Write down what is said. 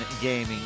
gaming